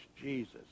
Jesus